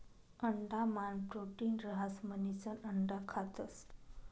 अंडा मान प्रोटीन रहास म्हणिसन अंडा खातस